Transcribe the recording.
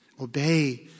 Obey